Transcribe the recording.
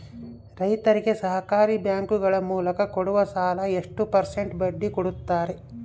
ರೈತರಿಗೆ ಸಹಕಾರಿ ಬ್ಯಾಂಕುಗಳ ಮೂಲಕ ಕೊಡುವ ಸಾಲ ಎಷ್ಟು ಪರ್ಸೆಂಟ್ ಬಡ್ಡಿ ಕೊಡುತ್ತಾರೆ?